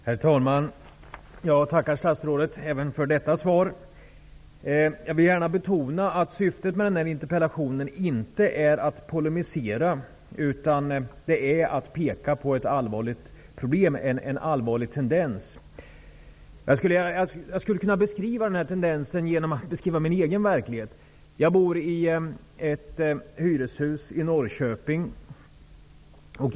Herr talman! Jag tackar statsrådet även för detta svar. Jag vill betona att syftet med denna interpellation inte är att polemisera utan att peka på ett allvarligt problem, en allvarlig tendens. Jag skulle kunna beskriva denna tendens genom att skildra min egen verklighet. Jag bor i ett hyreshus i Norrköping.